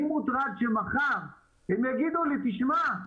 אני מוטרד שמחר הם יגידו לי תשמע,